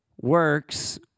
works